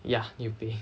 ya need to pay